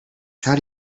how